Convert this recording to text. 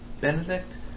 Benedict